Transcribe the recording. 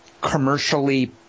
commercially